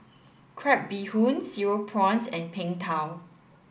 crab bee hoon cereal prawns and Png Tao